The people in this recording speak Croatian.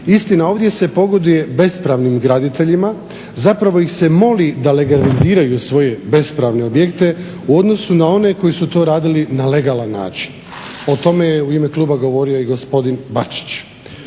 Istina, ovdje se pogoduje bespravnim graditeljima, zapravo ih se moli da legaliziraju svoje bespravne objekte u odnosu na one koji su to radili na legalan način. O tome je u ime kluba govorio i gospodin Bačić.